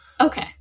Okay